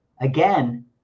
Again